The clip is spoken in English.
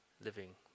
living